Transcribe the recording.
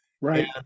right